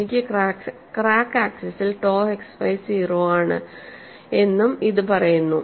എന്നാൽ ക്രാക്ക് ആക്സിസിൽ ടോ xy 0 ആണ് എന്നും ഇത് പറയുന്നു